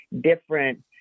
different